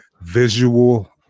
Visual